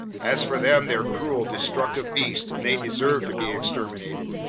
as for them, they're cruel, destructive beasts, and they deserve to be exterminated.